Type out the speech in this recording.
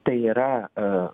tai yra